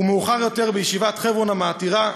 ומאוחר יותר בישיבת חברון המעטירה,